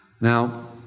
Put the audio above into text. Now